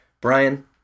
Brian